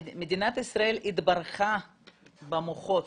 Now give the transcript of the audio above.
מדינת ישראל התברכה במוחות,